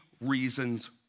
reasons